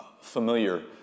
familiar